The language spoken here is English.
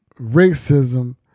racism